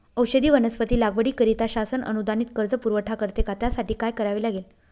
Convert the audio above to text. औषधी वनस्पती लागवडीकरिता शासन अनुदानित कर्ज पुरवठा करते का? त्यासाठी काय करावे लागेल?